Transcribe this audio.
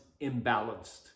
imbalanced